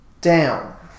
down